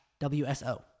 WSO